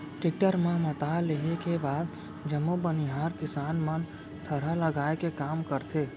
tractor म मता लेहे के बाद जम्मो बनिहार किसान मन थरहा लगाए के काम करथे